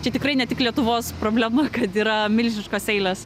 čia tikrai ne tik lietuvos problema kad yra milžiškos eilės